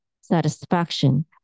satisfaction